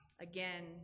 again